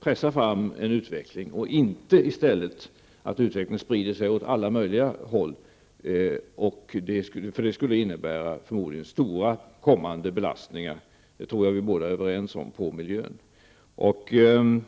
pressar fram en utveckling och att inte utvecklingen i stället sprider sig åt alla möjliga håll. Det skulle förmodligen innebära stora kommande belastningar på miljön. Det tror jag att vi båda är överens om.